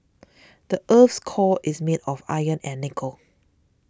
the earth's core is made of iron and nickel